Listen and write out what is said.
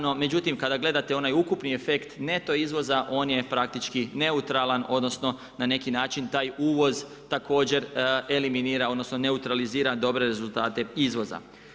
Naravno međutim kada gledate onaj ukupni efekt neto izvoza on je praktički neutralan, odnosno na neki način taj uvoz također eliminira, odnosno neutralizira dobre rezultate izvoza.